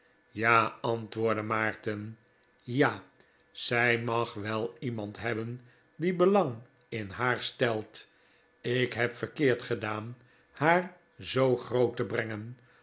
ja antwoordde maarten ja zij mag wel iemand hebben die belang in haar stelt ik heb verkeerd gedaan haar zoo groot te brengen